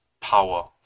power